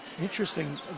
Interesting